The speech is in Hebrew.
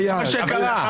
זה מה שקרה.